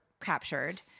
captured